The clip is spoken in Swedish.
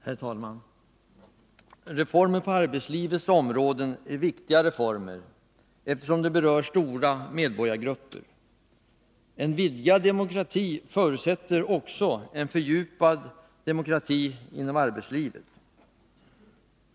Herr talman! Reformer på arbetslivets områden är viktiga reformer frågor m.m. eftersom de berör så stora medborgargrupper. En vidgad demokrati förutsätter också en fördjupning av demokratin i arbetslivet.